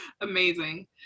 amazing